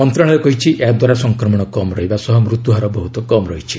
ମନ୍ତ୍ରଣାଳୟ କହିଛି ଏହାଦ୍ୱାରା ସଂକ୍ରମଣ କମ୍ ରହିବା ସହ ମୃତ୍ୟୁ ହାର ବହୁତ କମ୍ ରହିଛି